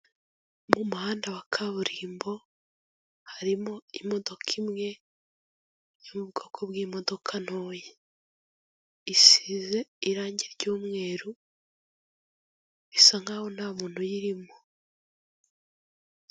Mu muhanda wa kaburimbo harimo imodoka imwe yo mu bwoko bw'imodoka ntoya, isize irange ry'umweru isa nk'aho nta muntu uyirimo.